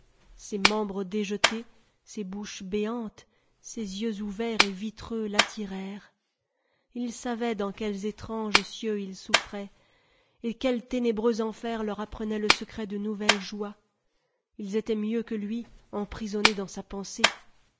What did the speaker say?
ces membres déjetés ces bouches béantes ces yeux ouverts et vitreux l'attirèrent il savait dans quels étranges cieux ils souffraient et quels ténébreux enfers leur apprenaient le secret de nouvelles joies ils étaient mieux que lui emprisonné dans sa pensée